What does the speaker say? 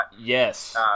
Yes